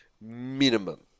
minimum